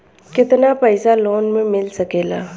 केतना पाइसा लोन में मिल सकेला?